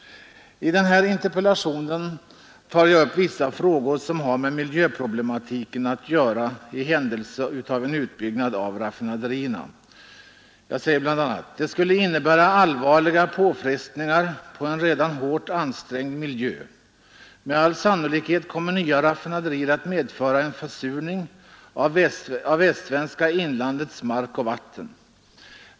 I min interpellation tar jag upp vissa frågor som har med miljöproblematiken att göra i händelse av en utbyggnad av raffinaderierna. Jag säger bl.a. att detta skulla innebära allvarliga påfrestningar på en redan hårt ansträngd miljö. Med all sannolikhet kommer nya raffinaderier att medföra en försurning av västsvenska inlandets vattendrag.